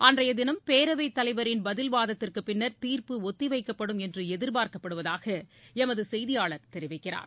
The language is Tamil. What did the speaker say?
அன்றையதினம் பேரவைத் தலைவரின் பதில் வாதத்திற்குபின்னர் தீர்ப்பு ஒத்திவைக்கப்படும் என்றுஎதிர்பார்க்கப்படுவதாகளமதுசெய்தியாளர் தெரிவிக்கிறார்